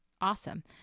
awesome